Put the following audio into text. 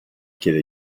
chiede